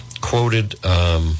Quoted